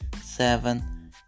seven